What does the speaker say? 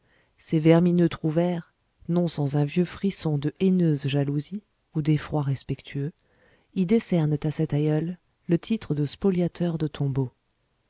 ces vermineux trouvères non sans un vieux frisson de haineuse jalousie ou d'effroi respectueux y décernent à cet aïeul le titre de spoliateur de tombeaux